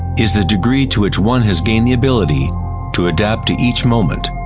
is the degree to which one has gained the ability to adapt to each moment,